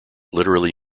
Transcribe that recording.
literally